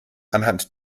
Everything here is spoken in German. anhand